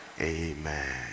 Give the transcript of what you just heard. Amen